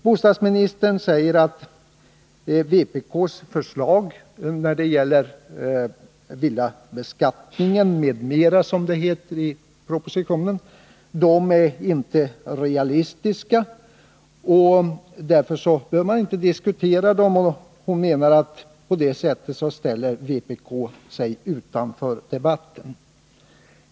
Bostadsministern säger att vpk:s förslag när det gäller villabeskattningen m.m., som det heter i propositionen, inte är realistiska och att man därför inte bör diskutera dem. Hon menar att vpk på det sättet ställer sig utanför debatten.